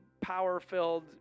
power-filled